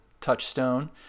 touchstone